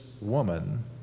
woman